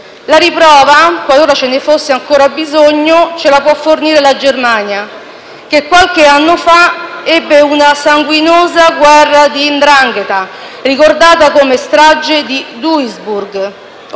La riprova, qualora ce ne fosse ancora bisogno, ce la può fornire la Germania, che qualche anno fa ebbe una sanguinosa guerra di 'ndrangheta, ricordata come strage di Duisburg,